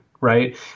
right